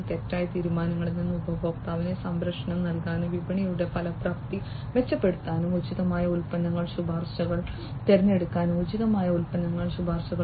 തെറ്റായ തീരുമാനങ്ങളിൽ നിന്ന് ഉപഭോക്താവിന് സംരക്ഷണം നൽകാനും വിപണിയുടെ ഫലപ്രാപ്തി മെച്ചപ്പെടുത്താനും ഉചിതമായ ഉൽപ്പന്ന ശുപാർശകൾ തിരഞ്ഞെടുക്കാനും ഉചിതമായ ഉൽപ്പന്ന ശുപാർശകൾ നൽകാനും